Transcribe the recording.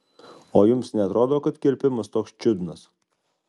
o jums neatrodo kad kirpimas toks čiudnas